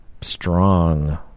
strong